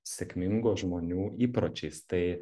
sėkmingų žmonių įpročiais tai